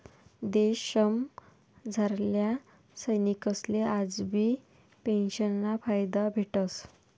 देशमझारल्या सैनिकसले आजबी पेंशनना फायदा भेटस